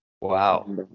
Wow